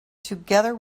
together